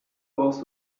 brauchst